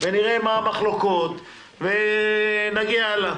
נראה מה המחלוקות ונמשיך הלאה.